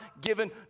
given